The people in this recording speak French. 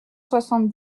soixante